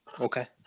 okay